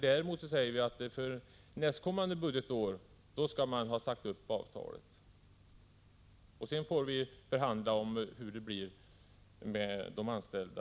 Däremot säger vi att man för nästkommande budgetår skall ha sagt upp avtalet och att man sedan får förhandla om hur det i övrigt skall bli med de anställda.